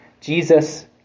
Jesus